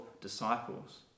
disciples